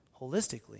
holistically